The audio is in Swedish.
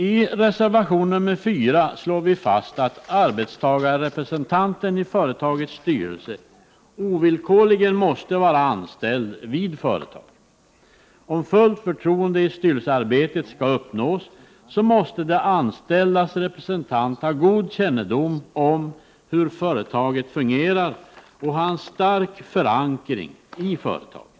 I reservation nr 4 slår vi fast att arbetstagarrepresentanten i företagets styrelse ovillkorligen måste vara anställd i företaget. För att fullt förtroende i styrelsearbetet skall kunna uppnås måste de anställdas representant ha god kännedom om hur företaget fungerar och ha en stark förankring i företaget.